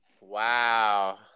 Wow